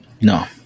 No